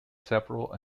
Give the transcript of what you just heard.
several